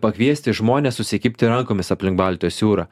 pakviesti žmones susikibti rankomis aplink baltijos jūrą